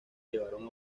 llevaron